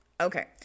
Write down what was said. Okay